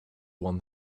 want